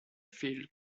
field